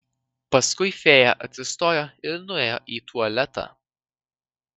paskui fėja atsistojo ir nuėjo į tualetą